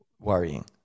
worrying